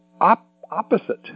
opposite